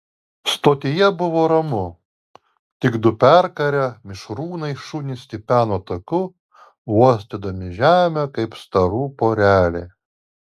stotyje buvo ramu tik du perkarę mišrūnai šunys tipeno taku uostydami žemę kaip starų porelė